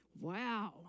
wow